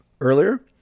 earlier